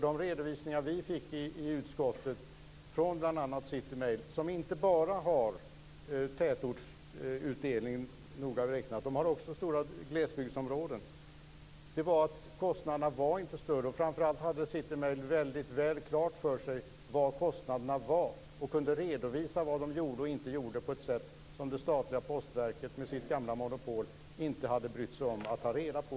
De redovisningar som vi fick i utskottet från bl.a. City Mail, som har utdelning inte bara i tätort utan också i stora glesbygdsområden, angav att kostnaderna inte var större. Framför allt hade City Mail väldigt klart för sig vilka kostnaderna var. Man kunde redovisa vad man gjorde och inte gjorde, på ett sätt som det statliga postverket med sitt gamla monopol inte ens hade brytt sig om att ta reda på.